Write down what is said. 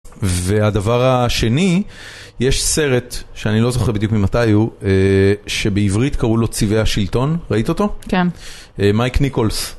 והדבר השני, יש סרט, שאני לא זוכר בדיוק ממתי הוא, שבעברית קראו לו צבעי השלטון, ראית אותו? כן. מייק ניקולס.